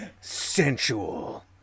sensual